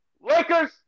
Lakers